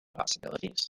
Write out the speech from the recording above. possibilities